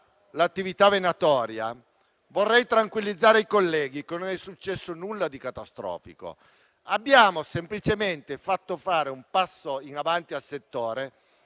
l'attività venatoria, vorrei tranquillizzare i colleghi che non è successo nulla di catastrofico. Abbiamo semplicemente fatto fare un passo in avanti al settore,